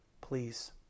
Please